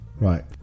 Right